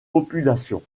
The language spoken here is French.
populations